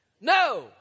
No